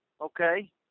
Okay